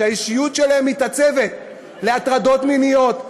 שהאישיות שלהם מתעצבת להטרדות מיניות,